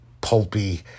pulpy